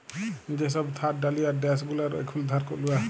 যে সব থার্ড ডালিয়ার ড্যাস গুলার এখুল ধার গুলা